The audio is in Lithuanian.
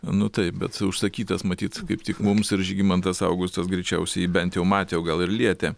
nu taip bet užsakytas matyt kaip tik mums ir žygimantas augustas greičiausiai bent jau matė o gal ir lietė